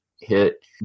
Hit